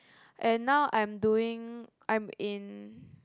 and now I am doing I'm in